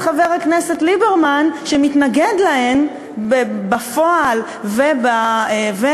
חבר הכנסת ליברמן שמתנגד להן בפועל ולהלכה?